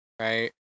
right